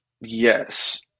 yes